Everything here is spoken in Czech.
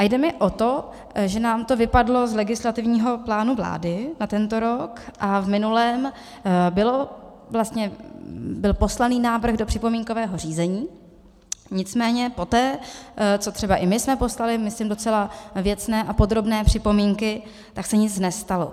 Jde mi o to, že nám to vypadlo z legislativního plánu vlády na tento rok, a v minulém roce byl poslán návrh do připomínkového řízení, nicméně poté, co třeba i my jsme poslali, myslím, docela věcné a podrobné připomínky, tak se nic nestalo.